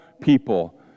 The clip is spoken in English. people